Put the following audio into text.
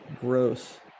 Gross